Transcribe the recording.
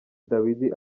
dawidi